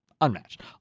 unmatched